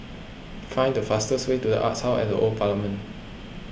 find the fastest way to the Arts House at the Old Parliament